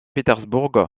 pétersbourg